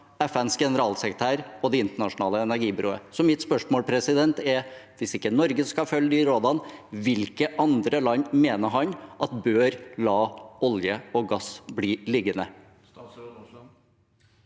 FNs generalsekretær og Det internasjonale energibyrået. Så mitt spørsmål er: Hvis ikke Norge skal følge de rådene, hvilke andre land mener han bør la olje og gass bli liggende?